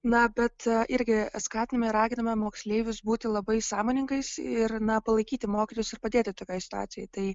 na bet irgi skatiname ir raginame moksleivius būti labai sąmoningais ir na palaikyti mokytojus ir padėti tokioj situacijoj tai